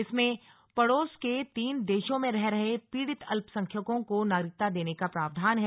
इसमें पड़ोस के तीन देशों में रह रहे पीड़ित अल्पसंख्यकों को नागरिकता देने का प्रावधान है